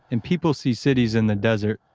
and people see cities in the desert,